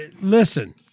listen